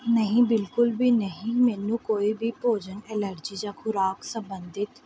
ਨਹੀਂ ਬਿਲਕੁਲ ਵੀ ਨਹੀਂ ਮੈਨੂੰ ਕੋਈ ਵੀ ਭੋਜਨ ਐਲਰਜੀ ਜਾਂ ਖੁਰਾਕ ਸੰਬੰਧਿਤ